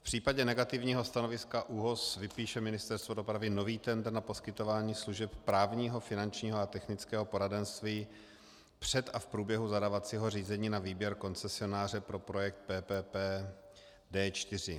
V případě negativního stanoviska ÚOHS vypíše Ministerstvo dopravy nový tendr na poskytování služeb právního, finančního a technického poradenství před a v průběhu zadávacího řízení na výběr koncesionáře pro projekt PPP D4.